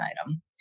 item